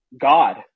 God